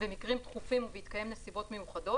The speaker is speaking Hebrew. במקרים דחופים ובהתקיים נסיבות מיוחדות,